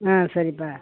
ஆ சரிப்பா